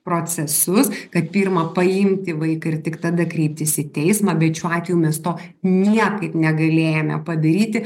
procesus kad pirma paimti vaiką ir tik tada kreiptis į teismą bet šiuo atveju mes to niekaip negalėjome padaryti